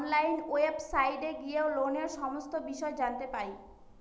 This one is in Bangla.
অনলাইন ওয়েবসাইটে গিয়ে লোনের সমস্ত বিষয় জানতে পাই